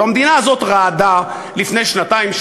הלוא המדינה הזאת רעדה לפני שנתיים,